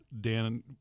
Dan